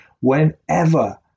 Whenever